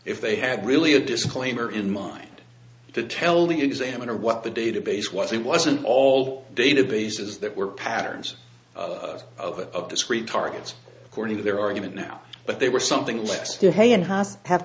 if they had really a disclaimer in mind to tell the examiner what the database was it wasn't all databases that were patterns of discrete targets according to their argument now but they were something less your hand has have